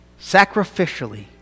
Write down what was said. sacrificially